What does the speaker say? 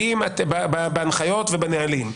בהנחיות ובנהלים.